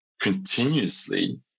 continuously